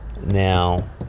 Now